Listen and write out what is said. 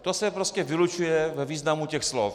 To se prostě vylučuje ve významu těch slov.